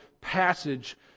passage